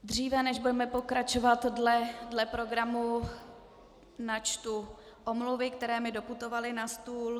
Dříve než budeme pokračovat dle programu, načtu omluvy, které mi doputovaly na stůl.